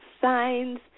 signs